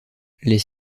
les